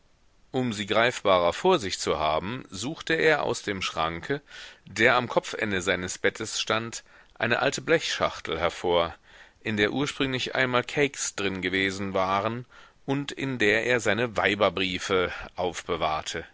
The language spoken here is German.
um sie greifbarer vor sich zu haben suchte er aus dem schranke der am kopfende seines bettes stand eine alte blechschachtel hervor in der ursprünglich einmal kakes drin gewesen waren und in der er seine weiberbriefe aufbewahrte